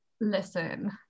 Listen